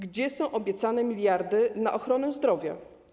Gdzie są obiecane miliardy na ochronę zdrowia?